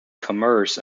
commerce